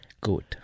Good